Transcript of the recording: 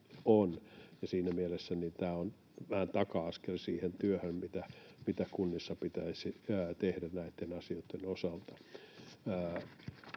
Siinä mielessä tämä on vähän taka-askel siihen työhön, mitä kunnissa pitäisi tehdä näitten asioitten osalta.